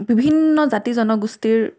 বিভিন্ন জাতি জনগোষ্ঠীৰ